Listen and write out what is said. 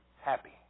happy